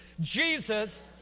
Jesus